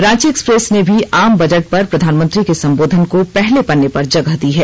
Ranchi express ने भी आम बजट पर प्रधानमंत्री के संबोधन को पहले पन्ने पर जगह दी है